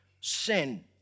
sin